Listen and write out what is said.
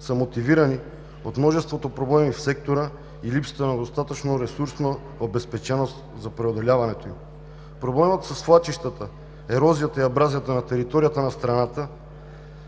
са мотивирани от множеството проблеми в сектора и липсата на достатъчна ресурсна обезпеченост за преодоляването им. Проблемът със свлачищата, ерозията и абразията на територията на страната